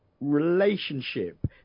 relationship